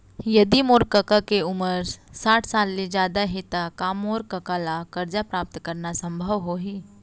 यदि मोर कका के उमर साठ साल ले जादा हे त का मोर कका ला कर्जा प्राप्त करना संभव होही